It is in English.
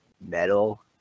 metal